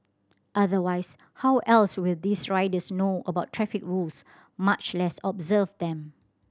otherwise how else will these riders know about traffic rules much less observe them